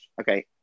okay